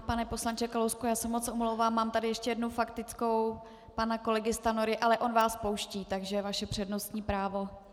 Pane poslanče Kalousku, já se moc omlouvám, mám tady ještě jednu faktickou pana kolegy Stanjury ale on vás pouští, takže vaše přednostní právo.